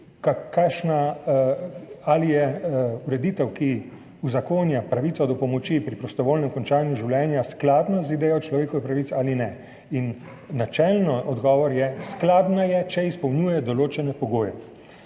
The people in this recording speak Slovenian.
ali je ureditev, ki uzakonja pravico do pomoči pri prostovoljnem končanju življenja, skladna z idejo človekovih pravic ali ne. In načeloma je odgovor, da je skladna, če izpolnjuje določene pogoje.